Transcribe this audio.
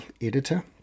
editor